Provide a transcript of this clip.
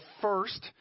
first